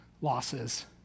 losses